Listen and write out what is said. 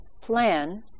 plan